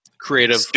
creative